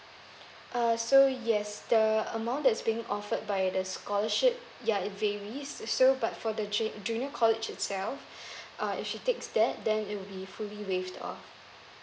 uh so yes the amount that's being offered by the scholarship ya it varies so but for the J junior college itself uh if she takes that then it will be fully waive off